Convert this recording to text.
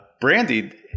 Brandy